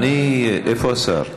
איפה השר?